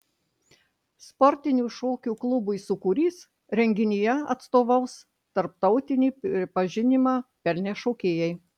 sportinių šokių klubui sūkurys renginyje atstovaus tarptautinį pripažinimą pelnę šokėjai